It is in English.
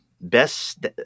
best